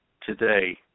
today